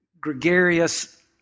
gregarious